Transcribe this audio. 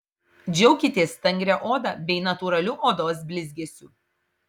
džiaukitės stangria oda bei natūraliu odos blizgesiu